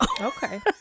Okay